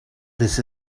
this